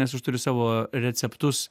nes aš turiu savo receptus